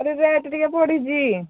ଆରେ ରେଟ୍ ଟିକେ ବଢ଼ିଛି